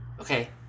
Okay